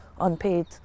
unpaid